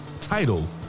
title